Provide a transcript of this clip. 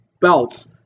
belts